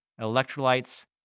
electrolytes